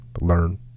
learn